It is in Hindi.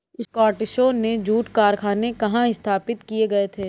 स्कॉटिशों ने जूट कारखाने कहाँ स्थापित किए थे?